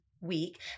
week